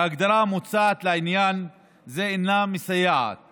ההגדרה המוצעת לעניין זה אינה מסייעת